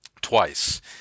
twice